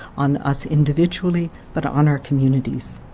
on us individually but on our communities.